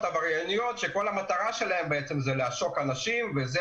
עברייניות שכל המטרה שלהן זה לעשוק אנשים וזו